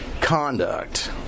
conduct